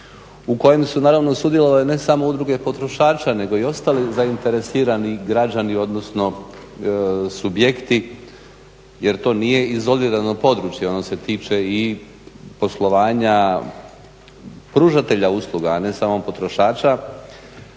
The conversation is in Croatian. u kojem su sudjelovale ne samo udruge potrošača nego i ostali zainteresirani građani odnosno subjekti jer to nije izolirano područje. Ono se tiče i poslovanja pružatelja usluga, a ne samo potrošača.